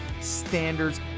standards